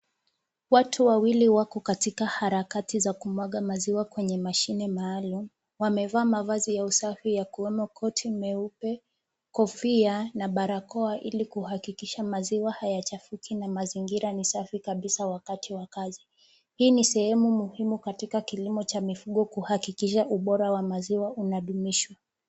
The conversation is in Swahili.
Watu wawili wako katika harakati za kumwaga maziwa kwenye mashine maalum. Wamevaa mavazi ya usafi yakiwemo koti meupe, kofia na barakoa ili kuhakikisha maziwa hayachafuki na mazingira ni safi kabisa wakati wa kazi. Hii ni sehemu muhimu katika kilimo cha mifugo kuhakikisha ubora wa maziwa unadumishwa.